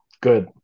Good